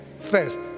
first